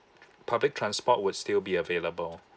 public transport would still be available